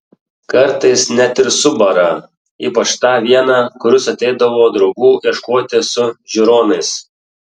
kartais net ir subara ypač tą vieną kuris ateidavo draugų ieškoti su žiūronais